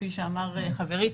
כפי שאמר חברי,